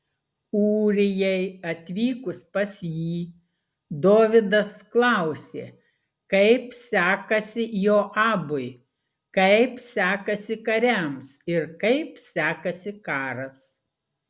ūrijai atvykus pas jį dovydas klausė kaip sekasi joabui kaip sekasi kariams ir kaip sekasi karas